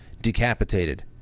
decapitated